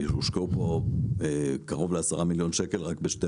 הושקעו פה קרוב לעשרה מיליון שקלים רק בשתי